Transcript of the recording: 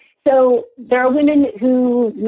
so there are women who,